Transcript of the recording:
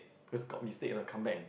because got mistake you wanna come back and